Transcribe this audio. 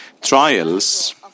Trials